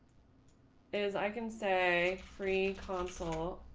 is, i can say, free counsel.